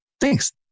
Thanks